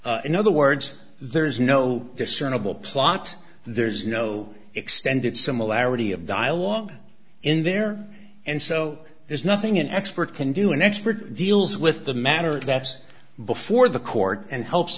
in other words there's no discernable plot there's no extended similarity of dialogue in there and so there's nothing an expert can do an expert deals with the matter that's before the court and helps